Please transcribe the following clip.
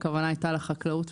הכוונה הייתה לחקלאות,